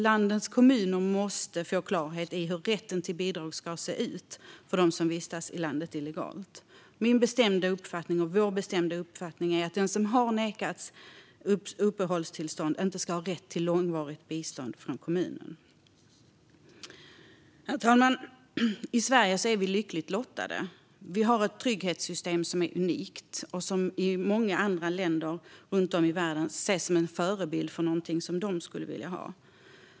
Landets kommuner måste få klarhet i hur rätten till bidrag för dem som vistas illegalt i landet ska se ut. Min och vår bestämda uppfattning är att den som har nekats uppehållstillstånd inte ska ha rätt till långvarigt bistånd från kommunen. Herr talman! I Sverige är vi lyckligt lottade. Vi har ett trygghetssystem som är unikt och som i många länder runt om i världen ses som en förebild för hur de skulle vilja ha det.